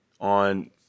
on